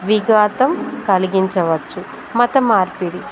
విఘాతం కలిగించవచ్చు మత మార్పిడి